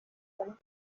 کنن